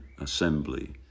assembly